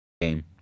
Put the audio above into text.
game